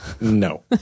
No